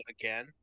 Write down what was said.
again